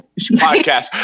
podcast